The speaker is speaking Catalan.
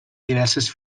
diverses